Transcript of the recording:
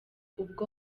ubwo